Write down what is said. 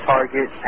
Target